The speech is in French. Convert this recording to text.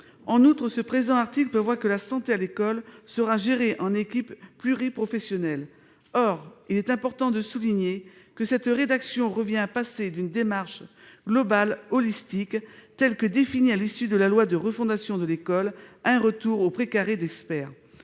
En outre, le présent article prévoit que la santé à l'école sera gérée en « équipes pluriprofessionnelles ». Or il est important de souligner que cette rédaction revient à passer d'une démarche globale holistique, telle que définie par la loi d'orientation et de programmation pour